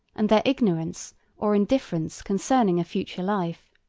and their ignorance or indifference concerning a future life.